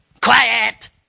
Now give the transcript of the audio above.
Quiet